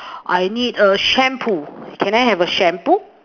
I need a shampoo can I have a shampoo